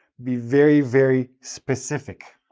be very, very specific